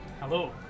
Hello